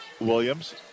Williams